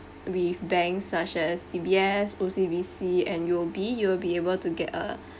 with banks such as D_B_S O_C_B_C and U_O_B you'll be able to get a